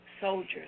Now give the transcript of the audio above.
soldiers